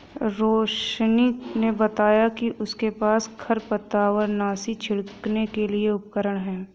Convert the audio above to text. रोशिनी ने बताया कि उसके पास खरपतवारनाशी छिड़कने के लिए उपकरण है